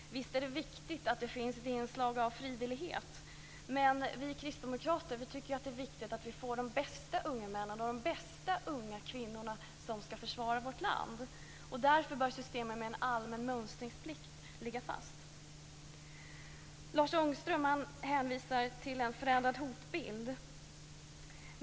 Visst är det viktigt att det finns ett inslag av frivillighet, men vi kristdemokrater tycker att det är viktigt att vi får de bästa unga männen och de bästa unga kvinnorna som skall försvara vårt land. Därför bör systemet med en allmän mönstringsplikt ligga fast. Lars Ångström hänvisar till en förändrad hotbild.